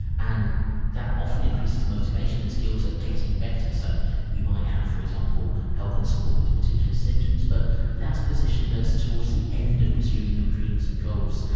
and that often increases motivation and skills at getting better. so you might have, for example, help and support with particular symptoms, but that's positioned as towards the end of pursuing your dreams and goals.